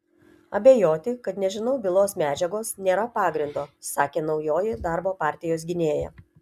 abejoti kad nežinau bylos medžiagos nėra pagrindo sakė naujoji darbo partijos gynėja